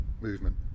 movement